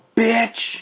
bitch